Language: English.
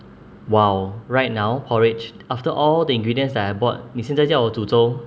!wow! right now porridge after all the ingredients that I bought 你现在叫我煮粥